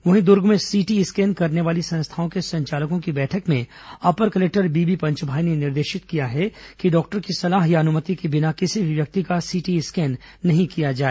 वहीं दुर्ग में CT scan करने वाली संस्थाओं के संचालकों की बैठक में अपर कलेक्टर बीबी पंचभाई ने निर्देशित किया कि डॉक्टर की सलाह या अनुमति के बिना किसी भी व्यक्ति का सीटी स्कैन नहीं किया जाए